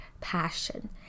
passion